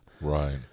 Right